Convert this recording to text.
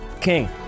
King